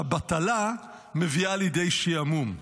שהבטלה מביאה לידי שעמום.